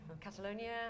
Catalonia